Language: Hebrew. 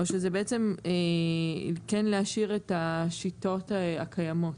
או שזה בעצם כן להשאיר את השיטות הקיימות?